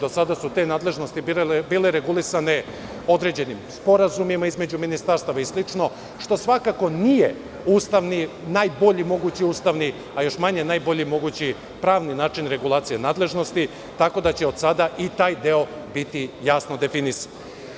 Do sada su te nadležnosti bile regulisane određenim sporazumima između ministarstava i slično, što svakako nije najbolji mogući ustavni, a još manje najbolji mogući pravni način regulacije nadležnosti, tako da će od sada i taj deo biti jasno definisan.